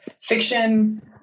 fiction